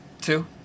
Two